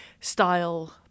style